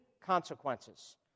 consequences